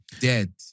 Dead